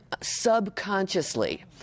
Subconsciously